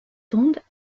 sondes